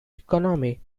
economy